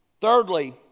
Thirdly